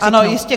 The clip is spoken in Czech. Ano, jistě.